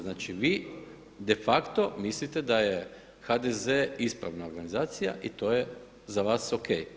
Znači, vi de facto mislite da je HDZ-e ispravna organizacija i to je za vas Ok.